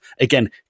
again